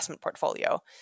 portfolio